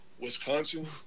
Wisconsin